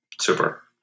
Super